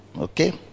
okay